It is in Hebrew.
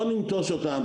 לא ננטוש אותם,